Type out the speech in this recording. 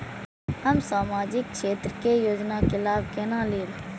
हम सामाजिक क्षेत्र के योजना के लाभ केना लेब?